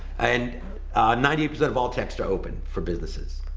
and ninety percent of all texts are open for businesses.